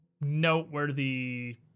noteworthy